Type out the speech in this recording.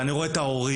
ואני רואה את ההורים,